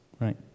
right